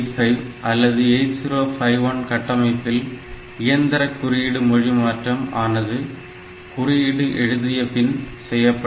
8085 அல்லது 8051 கட்டமைப்பில் இயந்திர குறியீடு மொழி மாற்றம் ஆனது குறியீடு எழுதியபின் செய்யப்படும்